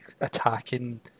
attacking